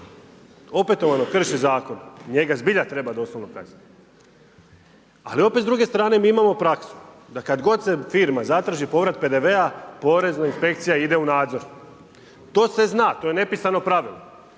opetovano krši zakon, njega zbilja treba doslovno kazniti. Ali, opet s druge strane mi imamo praksu, da kada god se firma zatraži, povrat PDV-a, porezna inspekcija ide u nadzor. To se zna, to je nepisano pravilo,